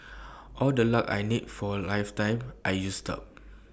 all the luck I need for A lifetime I used up